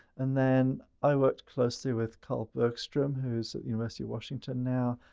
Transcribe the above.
and then i worked closely with carl bergstrom. who's at university of washington now.